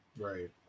Right